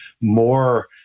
more